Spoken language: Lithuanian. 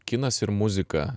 kinas ir muzika